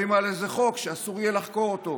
על איזה חוק שאסור יהיה לחקור אותו.